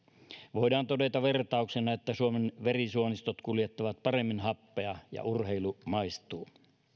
voidaan todeta vertauksena että suomen verisuonistot kuljettavat paremmin happea ja urheilu maistuu